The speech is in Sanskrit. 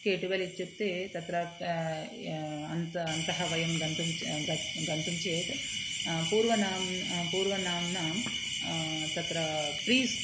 केट्वेल् इत्युक्ते तत्र य अन्तः अन्तः वयं गन्तुं च ग गन्तुं चेत् पूर्वनाम् पूर्वनाम्नां तत्र प्रीस्